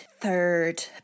third